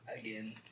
again